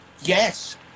Yes